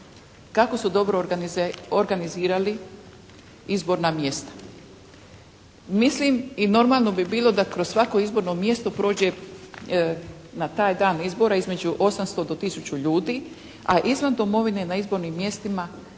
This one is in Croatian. kako su dobro organizirali izborna mjesta. Mislim i normalno bi bilo da kroz svako izborno mjesto prođe na taj dan izbora između 800 do tisuću ljudi a izvan domovine na izbornim mjestima se